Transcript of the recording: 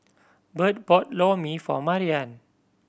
Bert bought Lor Mee for Marian